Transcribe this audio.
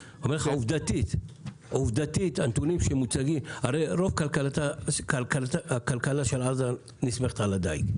עובדתית הנתונים שמוצגים הרי רוב הכלכלה של עזה נסמכת על הדיג.